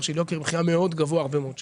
של יוקר מחיה מאוד גבוה הרבה מאוד שנים.